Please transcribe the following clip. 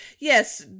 yes